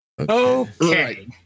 Okay